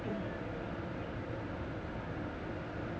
不对